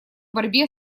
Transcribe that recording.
борьбе